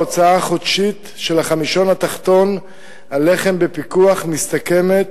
ההוצאה החודשית של החמישון התחתון על לחם בפיקוח מסתכמת